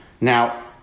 now